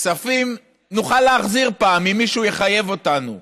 כספים נוכל להחזיר פעם, אם מישהו יחייב אותנו.